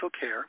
care